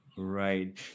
Right